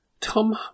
Tom